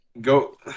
go